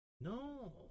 No